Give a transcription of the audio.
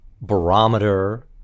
barometer